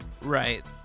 Right